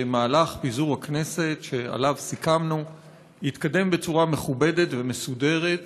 שמהלך פיזור הכנסת שעליו סיכמנו יתקדם בצורה מכובדת ומסודרת,